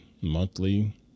monthly